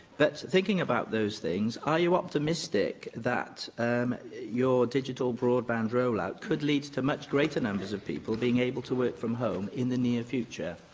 thinking about those things, are you optimistic that um your digital broadband roll-out could lead to much greater numbers of people being able to work from home in the near future?